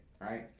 right